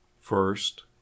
First